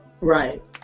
Right